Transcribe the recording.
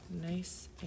nice